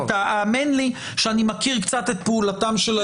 האמן לי שאני מכיר קצת את פעולתם.